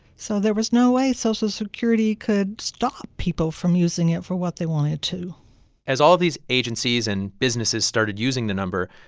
so there was no way social security could stop people from using it for what they wanted to as all of these agencies and businesses started using the number,